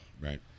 Right